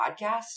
podcast